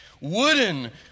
wooden